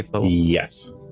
Yes